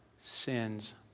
sins